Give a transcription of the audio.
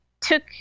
took